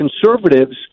conservatives